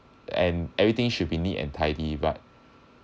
and everything should be neat and tidy but